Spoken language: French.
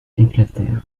éclatèrent